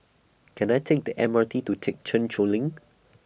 Can I Take The M R T to Thekchen Choling